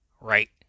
Right